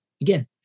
Again